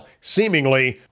seemingly